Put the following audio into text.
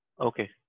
Okay